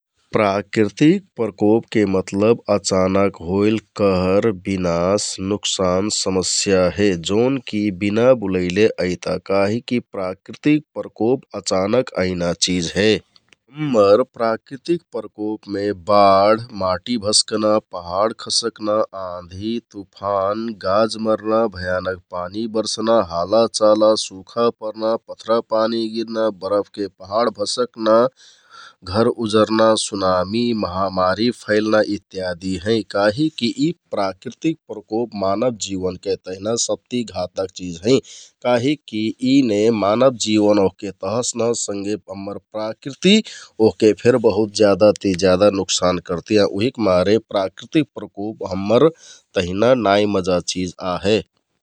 प्राकृतिक प्रकोपके मतलब अचानक होइल कहर बिनाश, नोक्सान, समस्या हे । जोन कि बिना बुलैले अइता काहिककि प्राकृतिक प्रकोप अचानक अइना चिझ हे । हम्मर प्राकृतिक प्रकोपमे बाढ, माटि भसल्कना, पहाड खँसकना, आँधि, तुफान, गाज करना, भयानक पानी बरसना, हालाचाला, सुखापरना, पथरापानी गिरना, बरफके पहाड भँसकना, घर उजरना, सुनामि, महामारी फैलना इत्यादि हैं । काहिककि यि प्राकृतिक प्रकोप मानव जिवनके तहिना सबति घातक चिज हैं । काहिककि यिने मानव जिवन ओहके तहस नहस संघे हम्मर प्राकृति ओहके फेर बहुत ज्यादा ति ज्यादा नोकशान करतियाँ । उहिकमारे प्राकृतिक प्रकोप हम्मर नाइ मजा चिझ आहे ।